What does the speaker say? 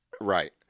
Right